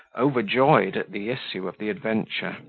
overjoyed at the issue of the adventure.